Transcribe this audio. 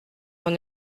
mon